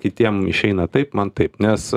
kitiem išeina taip man taip nes